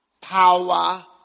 power